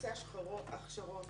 קורסי הכשרות